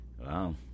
Wow